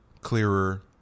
clearer